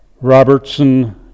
Robertson